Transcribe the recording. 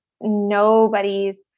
nobody's